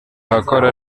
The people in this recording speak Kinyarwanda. bakora